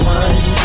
one